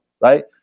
right